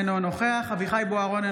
אינו נוכח אביחי אברהם בוארון,